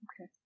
Okay